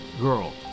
girl